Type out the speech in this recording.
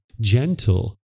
gentle